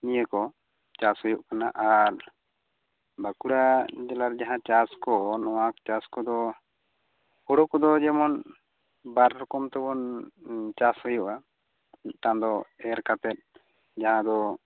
ᱱᱤᱭᱟᱹ ᱠᱚ ᱪᱟᱥ ᱦᱳᱭᱳᱜ ᱠᱟᱱᱟ ᱟᱨ ᱵᱟᱠᱩᱲᱟ ᱡᱮᱞᱟᱨᱮ ᱡᱟᱦᱟᱸ ᱪᱟᱥ ᱠᱚ ᱱᱚᱶᱟ ᱪᱟᱥ ᱠᱚᱫᱚ ᱦᱳᱲᱳ ᱠᱚᱫᱚ ᱡᱮᱢᱚᱱ ᱵᱟᱨ ᱨᱚᱠᱚᱢ ᱛᱮᱵᱚᱱ ᱪᱟᱥ ᱦᱳᱭᱳᱜᱼᱟ ᱢᱤᱫ ᱴᱟᱝ ᱫᱚ ᱮᱨ ᱠᱟᱛᱮᱫ ᱡᱟᱦᱟᱸ ᱫᱚ